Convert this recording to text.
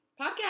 Podcast